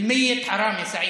אסור